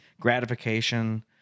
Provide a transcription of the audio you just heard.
gratification